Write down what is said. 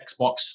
Xbox